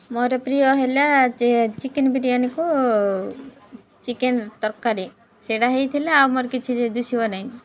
ମୋର ପ୍ରିୟ ହେଲା ଚିକେନ ବିରିୟାନୀକୁ ଚିକେନ ତରକାରୀ ସେଇଟା ହେଇଥିଲା ଆଉ ମୋର କିଛି ଦୁଶିବ ନାହିଁ